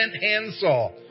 handsaw